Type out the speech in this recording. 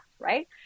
Right